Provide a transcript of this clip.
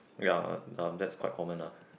ya uh that's quite common ah